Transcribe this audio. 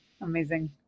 Amazing